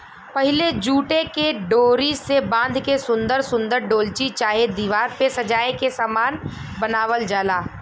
पहिले जूटे के डोरी से बाँध के सुन्दर सुन्दर डोलची चाहे दिवार पे सजाए के सामान बनावल जाला